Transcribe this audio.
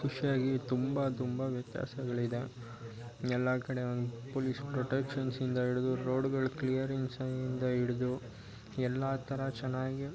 ಖುಷಿಯಾಗಿ ತುಂಬ ತುಂಬ ವ್ಯತ್ಯಾಸಗಳಿದೆ ಎಲ್ಲ ಕಡೆ ಒಂದು ಪೊಲೀಸ್ ಪ್ರೊಟೆಕ್ಷನ್ಸಿಂದ ಹಿಡ್ದು ರೋಡುಗಳು ಕ್ಲಿಯರಿಂಗ್ಸ್ಯಿಂದ ಹಿಡ್ದು ಎಲ್ಲ ಥರ ಚೆನ್ನಾಗಿ